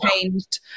changed